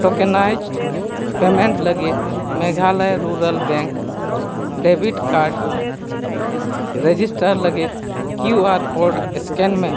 tokenised ᱞᱟᱹᱜᱤᱫ ᱞᱟᱹᱜᱤᱫ ᱢᱮ